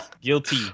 Guilty